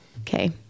okay